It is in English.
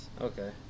Okay